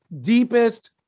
deepest